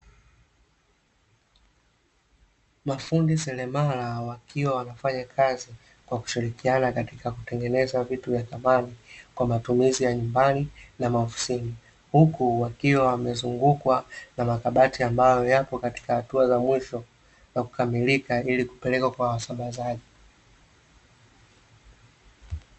Mafundi seremala wakiwa wanafanya kazi kwa kushirikiana katika kutengeneza vitu vya samani kwa matumizi ya nyumbani na maofisini huku wakiwa wamezungukwa na makabati ambayo yapo katika hatua za mwisho za kukamilika ili kupelekwa kwa wasambazaji.